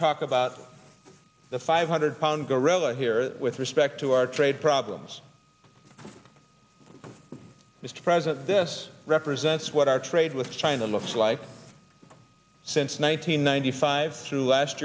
talk about the five hundred pound gorilla here with respect to our trade problems mr president this represents what our trade with china looks like since one thousand nine hundred five through last